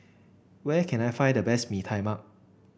where can I find the best Mee Tai Mak